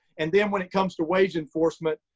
and then when it comes to wage enforcement,